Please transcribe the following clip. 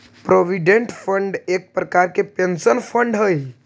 provident fund एक प्रकार के पेंशन फंड हई